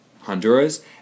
Honduras